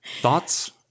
Thoughts